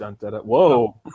Whoa